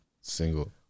single